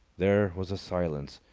there was a silence.